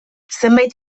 zenbait